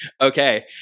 okay